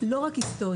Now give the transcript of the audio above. לא רק היסטוריה,